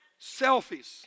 Selfies